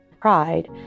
Pride